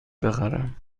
بخرم